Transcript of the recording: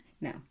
No